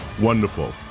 Wonderful